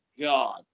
god